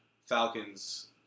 Falcons